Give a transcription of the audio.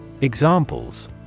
Examples